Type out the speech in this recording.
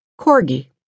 Corgi